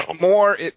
more